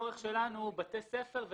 הצורך שלנו הוא בבתי ספר,